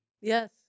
Yes